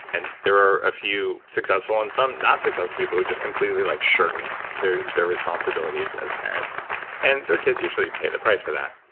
and there are a few successful and some not successful people who just completely like shirk their responsibilities as parents and their kids usually pay the price for that.